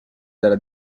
dalla